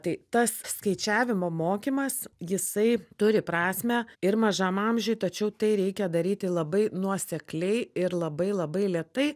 tai tas skaičiavimo mokymas jisai turi prasmę ir mažam amžiuj tačiau tai reikia daryti labai nuosekliai ir labai labai lėtai